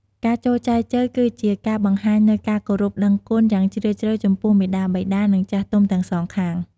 ការចូលចែចូវគឺជាការបង្ហាញនូវ ការគោរពដឹងគុណ យ៉ាងជ្រាលជ្រៅចំពោះ មាតាបិតា និង ចាស់ទុំ ទាំងសងខាង។